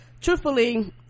truthfully